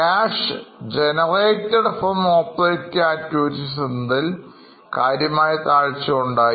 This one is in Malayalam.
Cash generated from operating activities എന്നതിൽ കാര്യമായതാഴ്ച ഉണ്ടായി